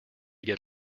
get